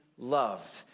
loved